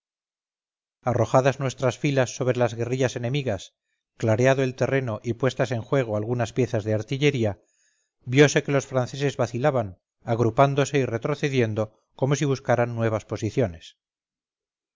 arrojadas nuestras filas sobre las guerrillas enemigas clareado el terreno y puestas en juego algunas piezas de artillería viose que los franceses vacilaban agrupándose y retrocediendo como si buscaran nuevas posiciones